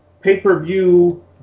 pay-per-view